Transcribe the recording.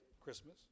Christmas